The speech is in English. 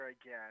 again